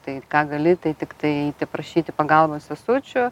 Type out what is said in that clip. tai ką gali tai tiktai eiti prašyti pagalbos sesučių